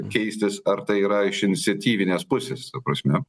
keistis ar tai yra iš iniciatyvinės pusės ta prasme